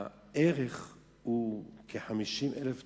הערך הוא כ-50,000 דולר.